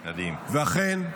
ואכן,